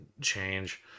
change